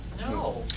no